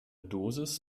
dosis